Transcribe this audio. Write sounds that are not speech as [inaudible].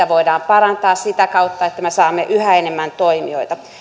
[unintelligible] voidaan parantaa sitä kautta että me saamme yhä enemmän toimijoita